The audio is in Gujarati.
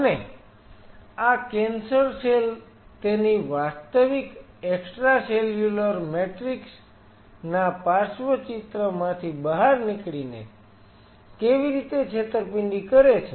અને આ કેન્સર સેલ તેની વાસ્તવિક એક્સ્ટ્રાસેલ્યુલર મેટ્રિક્સ ના પાર્શ્વચિત્રમાંથી બહાર નીકળીને કેવી રીતે છેતરપિંડી કરે છે